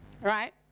right